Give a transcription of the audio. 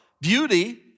beauty